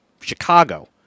Chicago